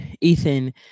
Ethan